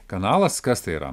kanalas kas tai yra